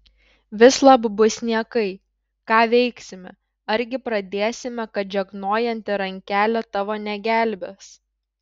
vislab bus niekai ką veiksime argi pradėsime kad žegnojanti rankelė tavo negelbės